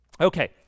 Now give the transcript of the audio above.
Okay